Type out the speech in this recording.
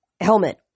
Helmet